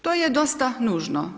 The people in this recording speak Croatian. To je dosta nužno.